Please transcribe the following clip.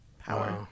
power